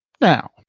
now